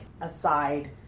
aside